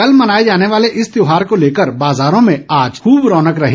कल मनाए जाने वाले इस त्योहार को लेकर बाजारों में आज खूब रौनक रही